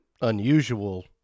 unusual